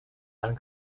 ein